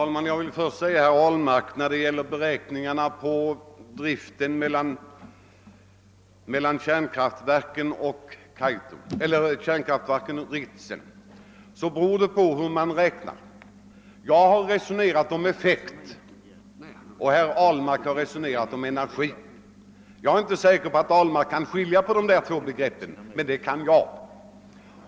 Herr talman! När det gäller beräkningarna rörande driften i kärnkraftverken och i Ritsem beror det, herr Ahlmark, på hur man räknar. Jag har resonerat om effekt och herr Ahlmark har resonerat om energi. Jag är inte säker på att herr Ahlmark kan skilja på dessa två begrepp, men det kan jag.